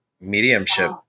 mediumship